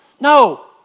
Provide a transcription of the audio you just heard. No